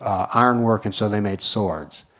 iron work, and so they made swords.